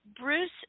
Bruce